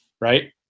Right